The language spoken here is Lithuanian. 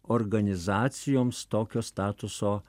organizacijoms tokio statuso